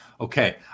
Okay